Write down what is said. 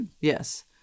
Yes